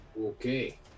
Okay